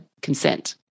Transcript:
consent